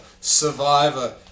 Survivor